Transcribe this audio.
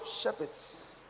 shepherds